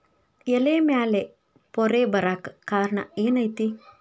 ಎಲೆ ಮ್ಯಾಲ್ ಪೊರೆ ಬರಾಕ್ ಕಾರಣ ಏನು ಐತಿ?